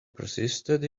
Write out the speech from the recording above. persisted